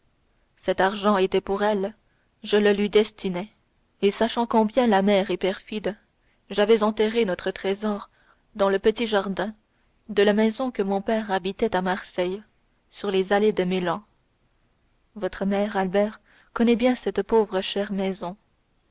cet argent était pour elle je le lui destinais et sachant combien la mer est perfide j'avais enterré notre trésor dans le petit jardin de la maison que mon père habitait à marseille sur les allées de meilhan votre mère albert connaît bien cette pauvre chère maison